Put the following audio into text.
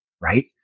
right